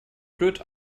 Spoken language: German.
blöd